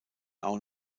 auch